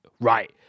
right